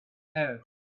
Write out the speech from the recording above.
help